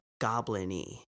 goblin-y